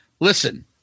Listen